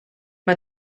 mae